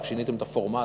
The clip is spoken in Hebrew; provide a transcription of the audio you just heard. רק שיניתם את הפורמט,